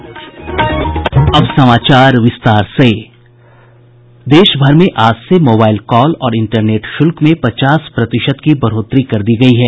देश में आज से मोबाइल कॉल और इंटरनेट शुल्क में पचास प्रतिशत की बढ़ोत्तरी कर दी गई है